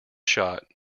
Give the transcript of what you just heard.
shot